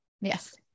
Yes